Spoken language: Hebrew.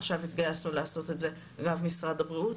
עכשיו התגייסנו לעשות את זה למשרד הבריאות.